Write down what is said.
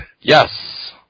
Yes